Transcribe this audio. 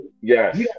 yes